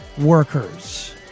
workers